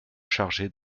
chargés